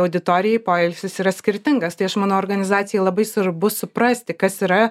auditorijai poilsis yra skirtingas tai aš manau organizacijai labai svarbu suprasti kas yra